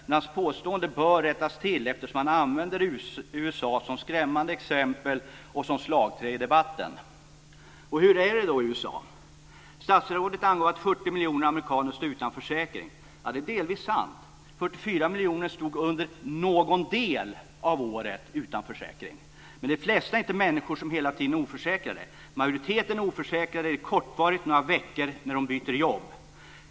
Men hans påståenden bör rättas till eftersom han använder USA som skrämmande exempel och som slagträ i debatten. Hur är det då i USA? Statsrådet angav att 40 miljoner amerikaner står utan försäkring. Det är delvis sant - 44 miljoner stod under någon del av året utan försäkring. Men de flesta är inte människor som hela tiden är oförsäkrade. Majoriteten är kortvarigt oförsäkrade några veckor när de byter jobb.